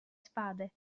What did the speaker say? spade